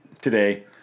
today